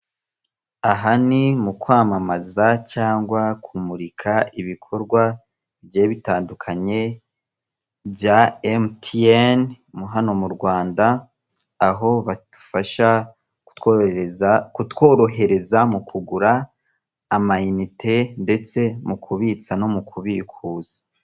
Aha ni mu kwamamaza cyangwa kumurika ibikorwa bigiye bitandukanye, bya emutiyeni hano mu Rwanda, aho badufasha kutworohereza mu kugura amayinite, ndetse mu kubitsa no mu kubikuza.